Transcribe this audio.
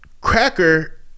cracker